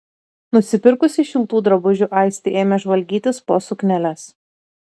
nusipirkusi šiltų drabužių aistė ėmė žvalgytis po sukneles